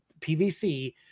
PVC